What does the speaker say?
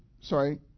sorry